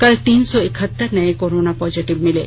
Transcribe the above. कल तीन सौ इकहत्तर नये कोरोना पॉजिटिव मिले